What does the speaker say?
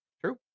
True